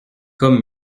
comme